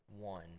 one